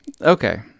Okay